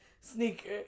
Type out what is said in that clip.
sneaker